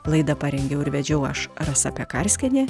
laidą parengiau ir vedžiau aš rasa pekarskienė